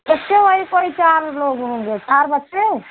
इससे वही परेशान होंगे चार बच्चे